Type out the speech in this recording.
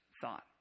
thought